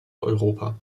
europa